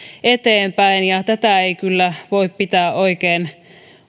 eteenpäin tätä ei kyllä voi pitää oikein